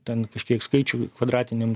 ten kažkiek skaičių kvadratiniam